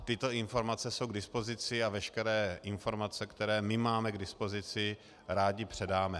Tyto informace jsou k dispozici a veškeré informace, které my máme k dispozici, rádi předáme.